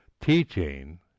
teaching